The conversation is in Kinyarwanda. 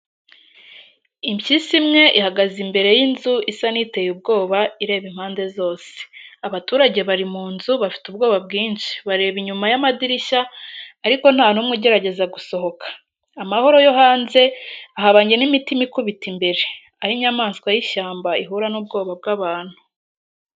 Impyisi imwe ihagaze imbere y’inzu, isa n’iteye ubwoba, ireba impande zose. Abaturage bari mu nzu bafite ubwoba bwinshi, bareba inyuma y’amadirishya ariko nta n’umwe ugerageza gusohoka. Amahoro yo hanze ahabanye n’imitima ikubita imbere, aho inyamaswa y’ishyamba ihura n’ubwoba bw’abantu.